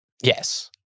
yes